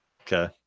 Okay